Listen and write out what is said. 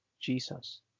Jesus